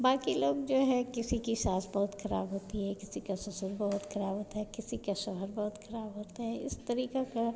बाक़ी लोग जो हैं किसी की सास बहुत ख़राब होती है किसी का ससुर बहुत ख़राब होता है किसी का शौहर बहुत ख़राब होता है इस तरीक़े का